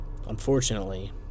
Unfortunately